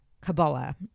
Kabbalah